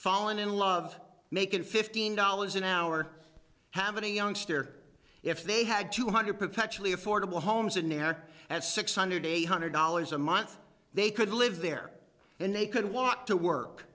fallen in love make it fifteen dollars an hour haven't a youngster if they had two hundred perpetually affordable homes in there at six hundred eight hundred dollars a month they could live there and they could walk to work